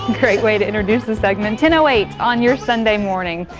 great way to introduce this segment. ten um eight on your sunday morning.